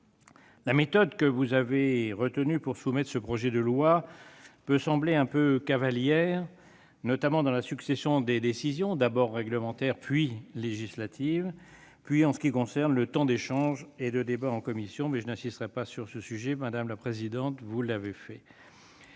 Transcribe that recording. La méthode que vous avez retenue pour soumettre ce projet de loi peut sembler un peu cavalière, notamment dans la succession des décisions, d'abord réglementaires, puis législatives, ou encore en ce qui concerne le temps d'échange et de débat en commission. Je n'insisterai pas sur ce sujet : Mme la présidente de la